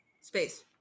space